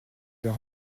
leur